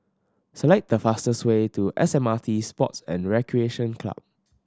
select the fastest way to S M R T Sports and Recreation Club